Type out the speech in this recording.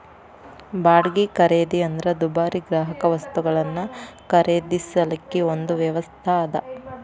ಬಾಡ್ಗಿ ಖರೇದಿ ಅಂದ್ರ ದುಬಾರಿ ಗ್ರಾಹಕವಸ್ತುಗಳನ್ನ ಖರೇದಿಸಲಿಕ್ಕೆ ಒಂದು ವ್ಯವಸ್ಥಾ ಅದ